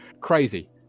Crazy